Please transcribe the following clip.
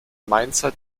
mainzer